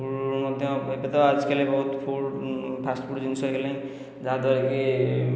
food ମଧ୍ୟ ଏବେ ତ ଆଜିକାଲି ବହୁତ ଫୁଡ଼୍ ଫାଷ୍ଟ ଫୁଡ଼୍ ଜିନିଷ ହୋଇଗଲାଣି ଯାହାଦ୍ୱାରା କି